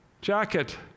jacket